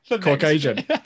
Caucasian